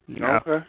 Okay